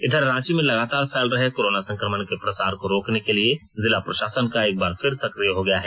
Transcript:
इधर रांची में लगातार फैल रहे कोरोना संक्रमण के प्रसार को रोकने के लिए जिला प्रशासन एक बार फिर सकिय हो गया है